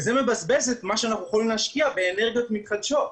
וזה מבזבז את מה שאנחנו יכולים להשקיע באנרגיות מתחדשות,